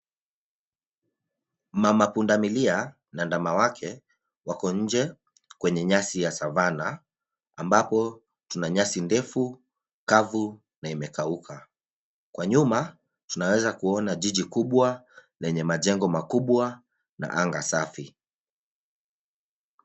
Mama punda milia na ndama wake, wako nje kwenye nyasi ya savana ambako tuna nyasi ndefu, kavu na imekauka. Kwa nyuma tunaweza kuona jiji kubwa lenye majengo makubwa na anga safi.